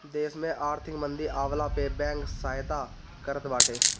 देस में आर्थिक मंदी आवला पअ बैंक सहायता करत बाटे